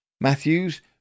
Matthews